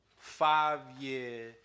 Five-year